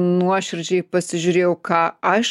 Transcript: nuoširdžiai pasižiūrėjau ką aš